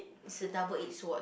it's a double edged sword